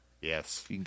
Yes